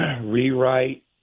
rewrite